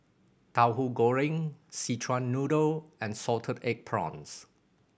Tauhu Goreng Szechuan Noodle and salted egg prawns